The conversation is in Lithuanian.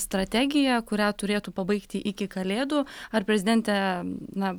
strategiją kurią turėtų pabaigti iki kalėdų ar prezidentė na